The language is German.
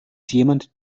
jemand